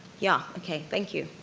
yeah, okay, thank you.